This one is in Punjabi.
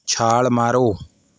ਛਾਲ਼ ਮਾਰੋ